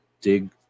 dig